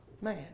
man